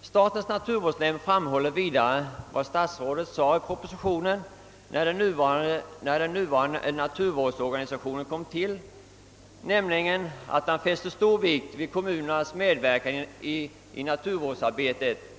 Statens naturvårdsnämnd framhåller vidare vad statsrådet sade i propositionen när den nuvarande naturvårdsorganisationen kom till, nämligen att han fäste stor vikt vid kommunernas medverkan i naturvårdsarbetet.